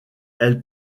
elle